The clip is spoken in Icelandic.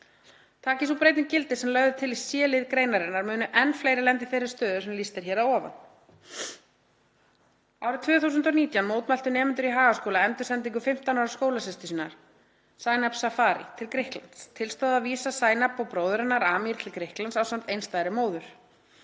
Taki sú breyting gildi sem lögð er til í c-lið greinarinnar munu enn fleiri lenda í þeirri stöðu sem lýst er hér að ofan. Árið 2019 mótmæltu nemendur í Hagaskóla endursendingu 15 ára skólasystur sinnar, Zainab Zafari til Grikklands. Til stóð að vísa Zainab og bróður hennar Amir til Grikklands ásamt einstæðri móður.